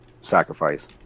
Sacrifice